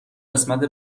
قسمت